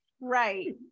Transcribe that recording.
Right